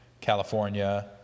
California